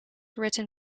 written